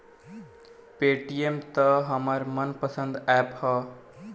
Paytm त हमार मन पसंद ऐप ह